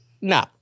No